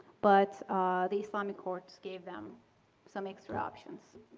but the islamic courts gave them some extra options.